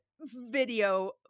video